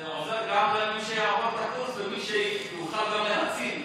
זה עוזר גם למי שיעבור את הקורס, מי שיוכל להציל.